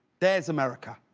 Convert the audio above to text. there's america.